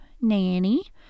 Nanny